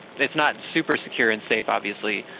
it's not super secure and safe, obviously,